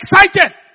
excited